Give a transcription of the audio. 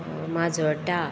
Majorda